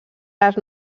les